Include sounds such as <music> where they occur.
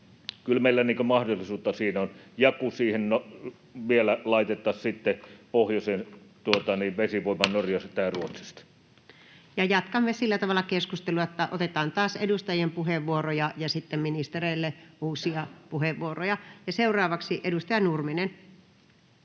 Kyllä meillä mahdollisuutta siinä on, kun siihen vielä laitettaisiin sitten pohjoisen <noise> vesivoima Norjasta tai Ruotsista. Jatkamme sillä tavalla keskustelua, että otetaan taas edustajien puheenvuoroja ja sitten ministereille uusia puheenvuoroja. — Seuraavaksi edustaja Nurminen.